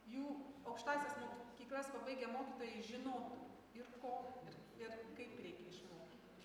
jų aukštąsias mokyklas pabaigę mokytojai žinotų ir ko ir ir kaip reikia išmokyti